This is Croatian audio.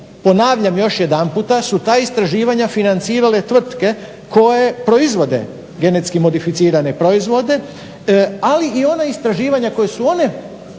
ponavljam još jedanput su ta istraživanja financirala tvrtke koje proizvode GM proizvode ali i ona istraživanja koja su one